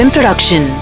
Production